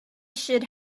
should